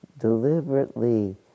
deliberately